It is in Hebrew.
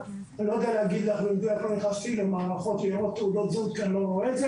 אנחנו מכירים את המציאות וכוח אדם כה לא יהיה.